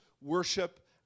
worship